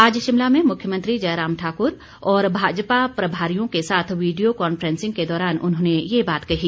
आज शिमला में मुख्यमंत्री जयराम ठाकुर और भाजपा प्रभारियों के साथ वीडियो कॉनफ्रेंसिंग के दौरान उन्होंने ये बात कही